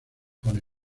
pone